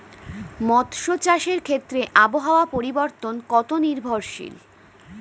মৎস্য চাষের ক্ষেত্রে আবহাওয়া পরিবর্তন কত নির্ভরশীল?